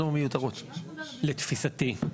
לתפיסתי.